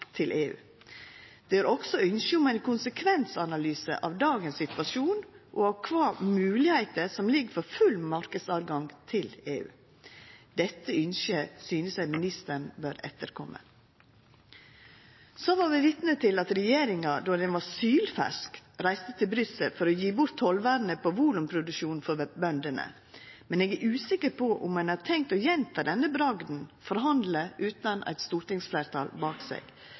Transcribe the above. til EU. Det er også ønske om ein konsekvensanalyse av dagens situasjon og av kva moglegheiter som ligg for full marknadstilgang til EU. Dette ønsket synest eg ministeren bør etterkoma. Så var vi vitne til at regjeringa då den var sylfersk, reiste til Brussel for å gje bort tollvernet på volumproduksjon for bøndene, men eg er usikker på om ein har tenkt å gjenta den bragda å forhandla utan eit stortingsfleirtal bak seg,